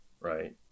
right